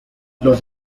los